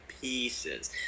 pieces